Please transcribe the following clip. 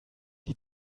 die